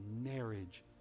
marriage